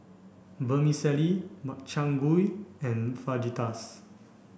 Vermicelli Makchang Gui and Fajitas